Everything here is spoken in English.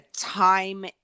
time